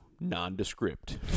Nondescript